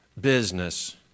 business